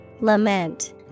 Lament